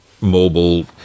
mobile